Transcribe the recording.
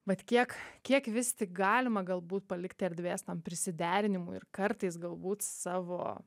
vat kiek kiek vis tik galima galbūt palikti erdvės tam prisiderinimui ir kartais galbūt savo